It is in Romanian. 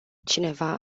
cineva